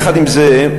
יחד עם זה,